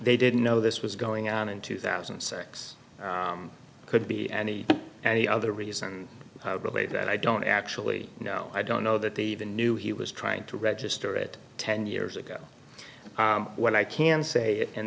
they didn't know this was going on in two thousand and six could be any and the other reason relate that i don't actually know i don't know that they even knew he was trying to register it ten years ago what i can say and